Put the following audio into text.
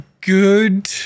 good